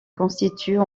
constituent